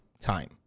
time